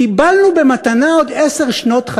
קיבלנו במתנה עוד עשר שנות חיים.